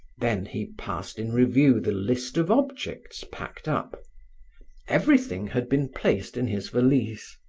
then, he passed in review the list of objects packed up everything had been placed in his valise,